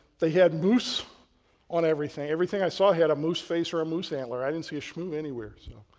they had moose on everything. everything i saw had a moose face or a moose antler. i didn't see a shmoo anywhere, so.